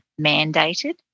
mandated